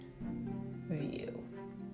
view